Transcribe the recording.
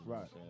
Right